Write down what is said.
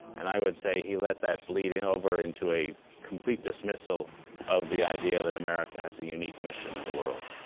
and i would say he let that bleed and over into a complete dismissal of the idea that america has a unique mission in the world.